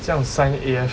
这样 A F